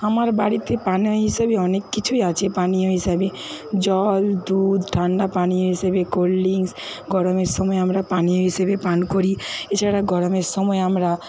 আমার বাড়িতে পানা হিসেবে অনেক কিছুই আছে পানীয় হিসাবে জল দুধ ঠান্ডা পানীয় হিসেবে কোল্ড ড্রিংকস গরমের সময় আমরা পানীয় হিসেবে পান করি এছাড়া গরমের সময় আমরা